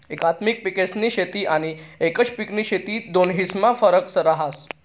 एकात्मिक पिकेस्नी शेती आनी एकच पिकनी शेती दोन्हीस्मा फरक रहास